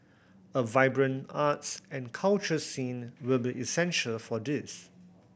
a vibrant arts and culture scene will be essential for this